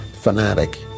fanatic